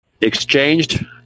exchanged